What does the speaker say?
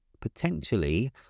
potentially